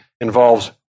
involves